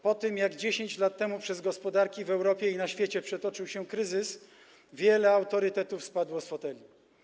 Po tym, jak 10 lat temu przez gospodarki w Europie i na świecie przetoczył się kryzys, wiele autorytetów spadło z foteli.